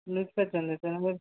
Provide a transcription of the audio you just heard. list କରିଛନ୍ତି ତେଣୁକରି